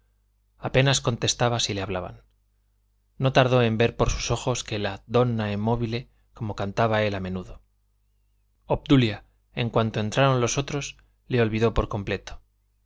apenas contestaba si le hablaban no tardó en ver por sus ojos que la donna movile como cantaba él a menudo obdulia en cuanto entraron los otros le olvidó por completo